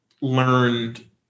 learned